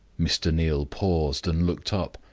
mr. neal paused, and looked up.